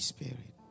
Spirit